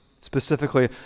specifically